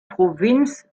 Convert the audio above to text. provinz